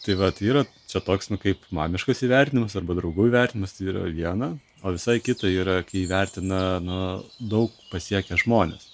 tai vat yra čia toks nu kaip mamiškas įvertinimas arba draugų įvertinimas tai yra viena o visai kita yra įvertina na daug pasiekę žmonės